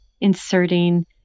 inserting